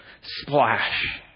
splash